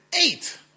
eight